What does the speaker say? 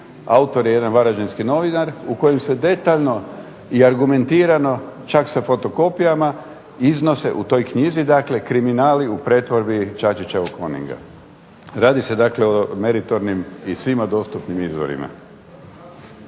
autor je jedan varaždinski novinar, u kojoj se detaljno i argumentirano čak sa fotokopijama iznose, u toj knjizi dakle, kriminali u pretvorbi Čačićevog "Coninga". Radi se dakle o meritornim i svima dostupnim izvorima.